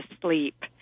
sleep